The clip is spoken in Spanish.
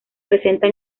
presenta